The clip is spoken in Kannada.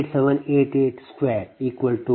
217421